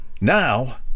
now